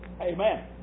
Amen